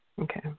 Okay